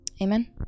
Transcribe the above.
amen